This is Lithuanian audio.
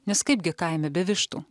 nes kaipgi kaime be vištų